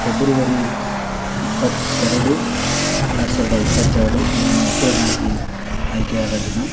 February ಇಪ್ಪತ್ತೆರಡು ಎರಡು ಸಾವಿರದ ಇಪ್ಪತ್ತೆರಡು ನಾನು ವಕೀಲನಾಗಿ ಆಯ್ಕೆಯಾದ ದಿನ